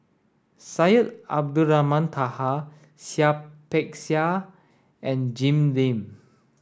Syed Abdulrahman Taha Seah Peck Seah and Jim Lim